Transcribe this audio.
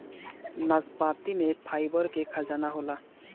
नाशपाती में फाइबर के खजाना होला